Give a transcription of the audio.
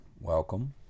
Welcome